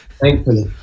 Thankfully